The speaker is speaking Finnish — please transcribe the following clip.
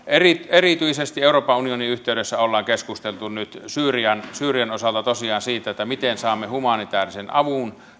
erityisesti euroopan unionin yhteydessä ollaan keskusteltu nyt syyrian syyrian osalta tosiaan siitä miten saamme humanitäärisen avun